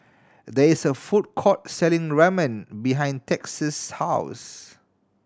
there is a food court selling Ramen behind Texas' house